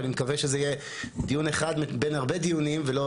ואני מקווה שזה יהיה דיון אחד בין הרבה דיונים ולא